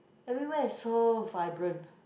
everywhere is so vibrant